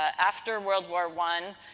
after world war one,